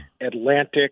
Atlantic